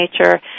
nature